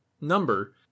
number